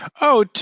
oh!